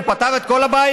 הוא פתר את כל הבעיות?